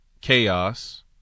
chaos